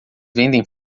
vendem